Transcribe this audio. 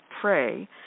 pray